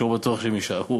שלא בטוח שיישארו,